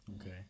Okay